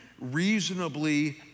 reasonably